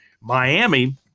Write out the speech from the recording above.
Miami